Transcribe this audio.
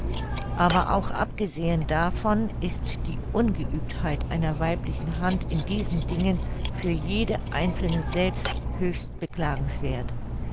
aber auch abgesehen davon ist die ungeübtheit einer weiblichen hand in diesen dingen für jede einzelne selbst höchst beklagenswerth